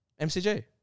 MCG